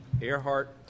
Earhart